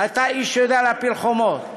אתה איש שיודע להפיל חומות,